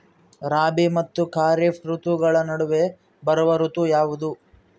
ರಾಬಿ ಮತ್ತು ಖಾರೇಫ್ ಋತುಗಳ ನಡುವೆ ಬರುವ ಋತು ಯಾವುದು?